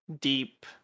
deep